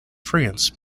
france